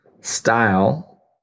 style